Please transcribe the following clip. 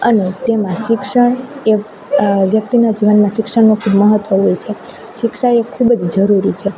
અને તેમાં શિક્ષણ એ વ્યક્તિનાં જીવનમાં શિક્ષણનું ખૂબ મહત્ત્વ હોય છે શિક્ષા એ ખૂબ જ જરૂરી છે